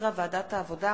שהחזירה ועדת העבודה,